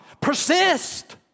Persist